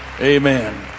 Amen